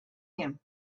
him